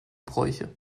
bräuche